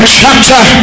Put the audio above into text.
chapter